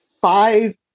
five